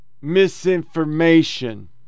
misinformation